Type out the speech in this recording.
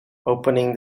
opening